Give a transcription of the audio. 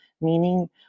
meaning